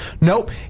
Nope